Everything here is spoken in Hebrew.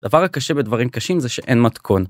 דבר הקשה בדברים קשים זה שאין מתכון.